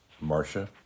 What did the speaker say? Marcia